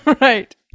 Right